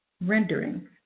Rendering